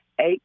eight